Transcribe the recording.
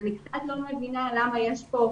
אני קצת לא מבינה למה יש כאן